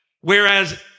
Whereas